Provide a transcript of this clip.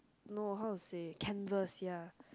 no how to say canvas ya